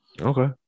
Okay